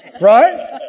Right